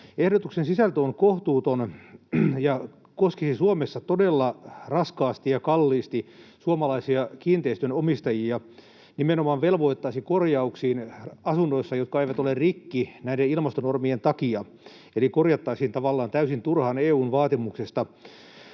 Ehdotuksen sisältö on kohtuuton ja koskisi Suomessa todella raskaasti ja kalliisti suomalaisia kiinteistönomistajia, nimenomaan velvoittaisi korjauksiin asunnoissa, jotka eivät ole rikki, näiden ilmastonormien takia, eli korjattaisiin tavallaan täysin turhaan EU:n vaatimuksesta.